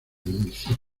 municipio